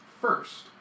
first